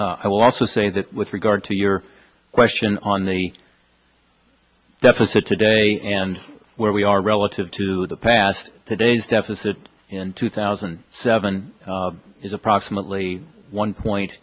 will also say that with regard to your question on the deficit today and where we are relative to the past today's deficit in two thousand and seven is approximately one point